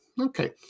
Okay